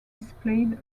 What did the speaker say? displayed